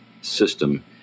system